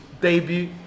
debut